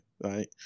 right